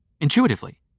Intuitively